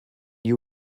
you